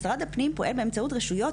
משרד הפנים פועל באמצעות רשויות,